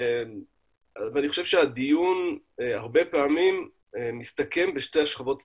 אני חושב שהדיון הרבה פעמים מסתכם בשתי השכבות התחתונות,